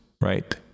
right